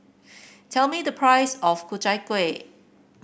tell me the price of Ku Chai Kueh